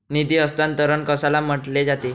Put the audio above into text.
निधी हस्तांतरण कशाला म्हटले जाते?